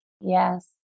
Yes